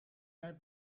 mij